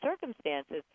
circumstances